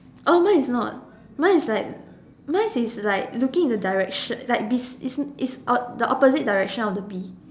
oh mine is not mine is like mine is like looking in the direction like bes~ is is op~ the opposite direction of the bee